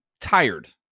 tired